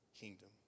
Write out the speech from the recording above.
kingdom